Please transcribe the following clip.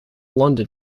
london